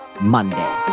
Monday